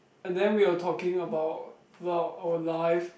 and then we were talking about well our life